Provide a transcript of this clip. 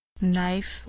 knife